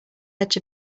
edge